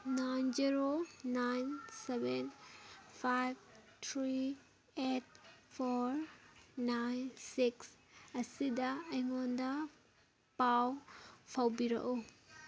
nine zero nine seven five three eight four nine six ꯑꯁꯤꯗ ꯑꯩꯉꯣꯟꯗ ꯄꯥꯎ ꯐꯥꯎꯕꯤꯔꯛꯎ